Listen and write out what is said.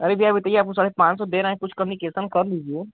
अरे भैया बताइए आपको साढ़े पाँच सौ दे रहे हें कुछ कमी केसन कर लीजिए